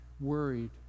worried